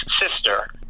sister